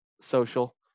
social